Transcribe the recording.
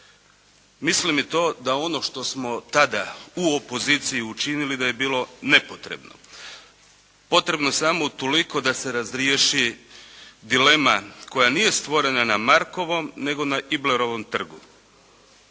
Mislim i to da ono što smo tada u opoziciji učinili da je bilo nepotrebno. Potrebno samo utoliko da se razriješi dilema koja nije stvorena na Markovom nego na Iblerovom trgu.